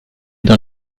dans